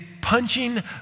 punching